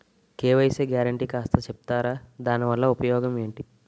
KYC guarantee కాస్త చెప్తారాదాని వల్ల ఉపయోగం ఎంటి?